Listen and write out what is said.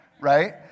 Right